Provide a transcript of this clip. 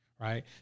right